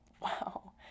wow